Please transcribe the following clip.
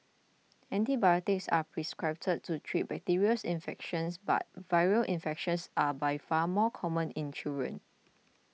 antibiotics are prescribed to treat bacterial infections but viral infections are by far more common in children